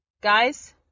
Guys